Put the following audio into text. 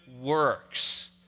works